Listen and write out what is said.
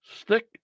Stick